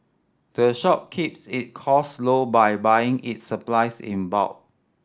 the shop keeps it costs low by buying its supplies in bulk